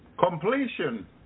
Completion